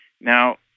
Now